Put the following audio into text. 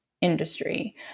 industry